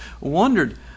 wondered